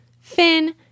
Finn